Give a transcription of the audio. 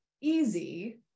easy